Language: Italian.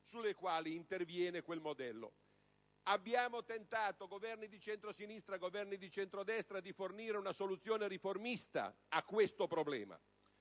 sulle quali interviene quel modello. Abbiamo tentato - Governi di centrosinistra e Governi di centrodestra - di fornire una soluzione riformista a questo problema.